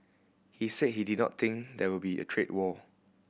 he said he did not think that there will be a trade war